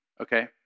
Okay